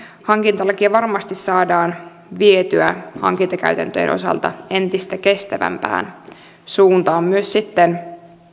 hankintalakia varmasti saadaan vietyä hankintakäytäntöjen osalta entistä kestävämpään suuntaan myös sitten